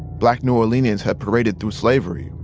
black new orleanians had paraded through slavery,